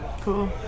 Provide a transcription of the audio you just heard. Cool